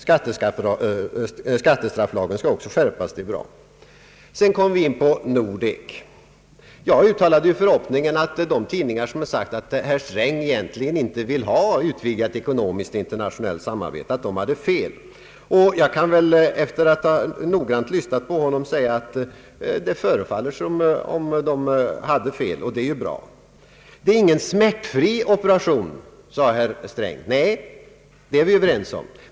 Skattestrafflagen skall också skärpas, vilket är bra. Så kommer vi in på Nordek. Jag uttalade ju förhoppningen att de tidningar hade fel som hade påstått att herr Sträng egentligen inte vill ha ett utvidgat ekonomiskt internationellt samarbete. Efter att noggrant ha lyssnat på herr Sträng kan jag säga, att det förefaller som om tidningarna hade fel. Det är ju bra. Det blir ingen smärtfri operation, sade herr Sträng. Nej, det är vi överens om.